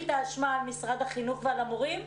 את האשמה על משרד החינוך ועל המורים?